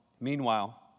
Meanwhile